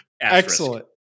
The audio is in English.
Excellent